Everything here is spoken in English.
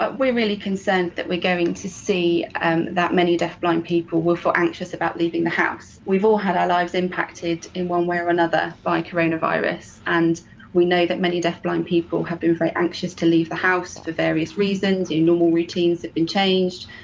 but we're really concerned that we're going to see and that many deafblind people will feel anxious about leaving the house. we've all had our lives impacted in one way or another by coronavirus and we know that many deafblind people have been very anxious to leave the house for various reasons, your normal routines have been changed,